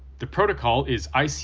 the protocol is icmp,